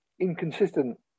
inconsistent